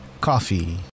coffee